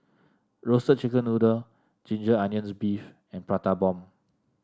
Roasted Chicken Noodle Ginger Onions beef and Prata Bomb